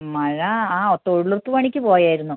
മഴ ആ തൊഴിലുറപ്പ് പണിക്ക് പോയായിരുന്നു